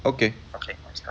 okay